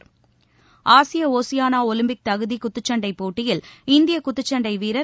அமைச்சர் ஆசிய Oceania Olympic தகுதி குத்துச் சண்டை போட்டியில் இந்திய குத்துச்சண்டை வீரர்